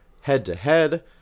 head-to-head